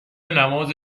نماز